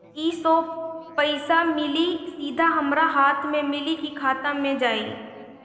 ई जो पइसा मिली सीधा हमरा हाथ में मिली कि खाता में जाई?